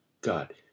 God